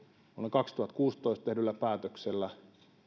kaksituhattakuusitoista tehdyllä päätöksellä